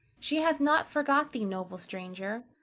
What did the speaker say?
she hath not forgot thee, noble stranger.